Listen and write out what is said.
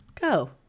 go